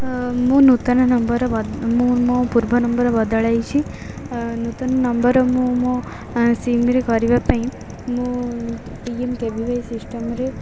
ମୁଁ ନୂତନ ନମ୍ବର୍ ମୁଁ ମୋ ପୂର୍ବ ନମ୍ବର୍ ବଦଳାଇଛି ନୂତନ ନମ୍ବର୍ ମୁଁ ମୋ ସିମ୍ରେ କରିବା ପାଇଁ ମୁଁ P M K V Y ସିଷ୍ଟମ୍ରେ